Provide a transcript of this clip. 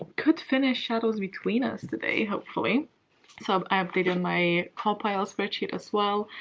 could finish shadows between us today, hopefully so, i updating my cawpile spreadsheet as well,